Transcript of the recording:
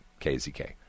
KZK